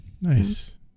Nice